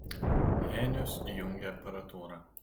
henius įjungė aparatūrą